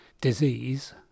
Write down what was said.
Disease